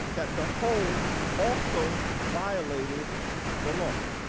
that the hold also violated the law.